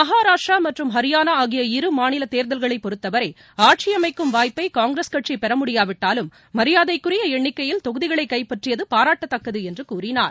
மகராஷ்ட்ரா மற்றும் ஹரியானா ஆகிய இரு மாநில தேர்தல்களை பொறுத்தவரை ஆட்சி அமைக்கும் வாய்ப்பை காங்கிரஸ் கட்சி பெற முடியாவிட்டாலும் மரியாதைக்குரிய எண்ணிக்கையில் தொகுதிகளை கைப்பற்றியது பாரட்டக்கத்தக்கது என்று கூறினார்